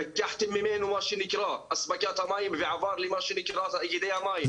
לקחתם ממנו מה שנקרא אספקת המים ועבר למה שנקרא תאגידי המים.